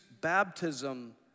baptism